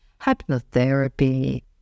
hypnotherapy